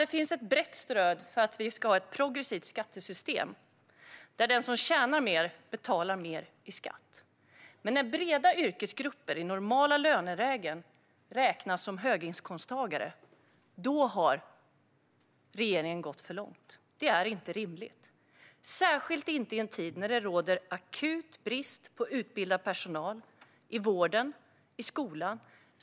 Det finns ett brett stöd för att vi ska ha ett progressivt skattesystem, där den som tjänar mer betalar mer i skatt. Men när breda yrkesgrupper i normala lönelägen räknas som höginkomsttagare har regeringen gått för långt. Det är inte rimligt, särskilt inte i en tid då det råder akut brist på utbildad personal i vården och skolan.